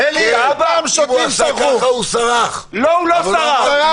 מה זה גבול לפופוליזם?